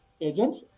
agents